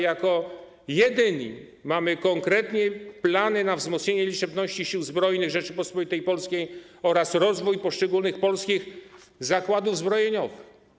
Jako jedyni mamy konkretne plany na wzmocnienie liczebności Sił Zbrojnych Rzeczypospolitej Polskiej oraz rozwój poszczególnych polskich zakładów zbrojeniowych.